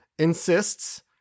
insists